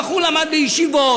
הבחור למד בישיבות,